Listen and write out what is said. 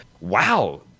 wow